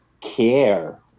care